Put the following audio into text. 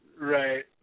right